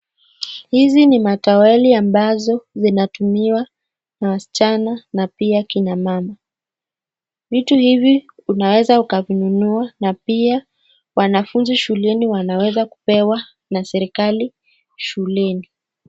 Hizi ni mataulo ambazo zinatumiwa na wasichana na pia kina mama vitu hivi unaweza ukavinunua na pia wanafunzi shuleni wanaweza kupewa na serekali shuleni.